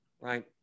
right